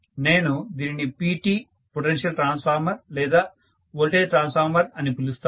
నేను దీనిని PT potential transformer లేదా వోల్టేజ్ ట్రాన్స్ఫార్మర్ అని పిలుస్తాను